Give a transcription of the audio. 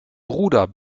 bruder